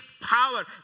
power